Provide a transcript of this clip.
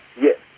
Yes